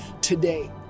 today